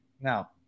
Now